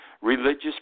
religious